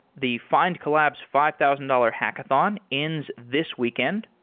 the findcollabs five thousand dollars hackathon ends this weekend.